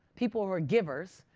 people who are givers,